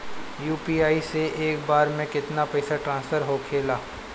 UPI से एक बार मे केतना पैसा ट्रस्फर होखे ला?